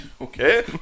okay